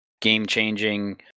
game-changing